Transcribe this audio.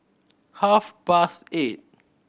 half past eight